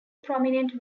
prominent